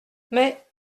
mais